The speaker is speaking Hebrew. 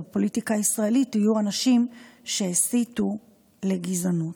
בפוליטיקה הישראלית יהיו אנשים שהסיתו לגזענות.